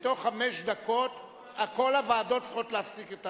בתוך חמש דקות כל הוועדות צריכות להפסיק את,